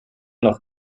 noch